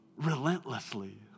relentlessly